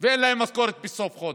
ואין להם משכורת בסוף החודש.